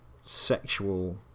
sexual